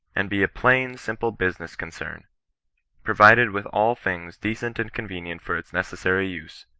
and be a plain simple business con cerny provided with all things decent and convenient for its necessary use,